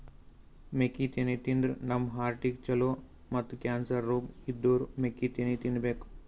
ಮೆಕ್ಕಿತೆನಿ ತಿಂದ್ರ್ ನಮ್ ಹಾರ್ಟಿಗ್ ಛಲೋ ಮತ್ತ್ ಕ್ಯಾನ್ಸರ್ ರೋಗ್ ಇದ್ದೋರ್ ಮೆಕ್ಕಿತೆನಿ ತಿನ್ಬೇಕ್